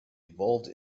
evolved